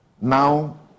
now